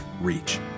reach